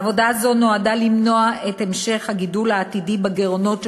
עבודה זו נועדה למנוע את המשך הגידול בגירעונות של